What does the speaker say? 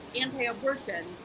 anti-abortion